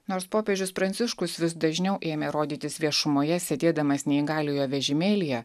nors popiežius pranciškus vis dažniau ėmė rodytis viešumoje sėdėdamas neįgaliojo vežimėlyje